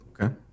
Okay